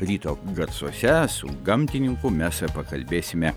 ryto garsuose su gamtininku mes ir pakalbėsime